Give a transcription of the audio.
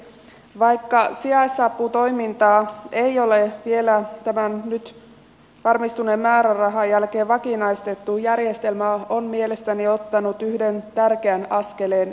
vaikka sijaisaputoimintaa ei ole vielä tämän nyt varmistuneen määrärahan jälkeen vakinaistettu järjestelmä on mielestäni ottanut yhden tärkeän askeleen eteenpäin